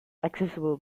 accessible